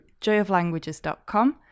joyoflanguages.com